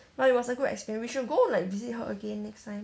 but it was a good experience we should go like visit her again next time